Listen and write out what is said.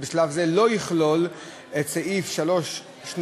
לא יכלול את סעיף 3(2)